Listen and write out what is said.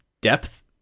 depth